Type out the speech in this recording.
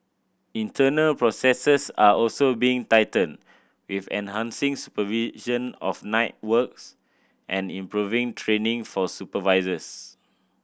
internal processes are also being tightened with enhancing supervision of night works and improving training for supervisors